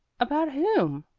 about whom?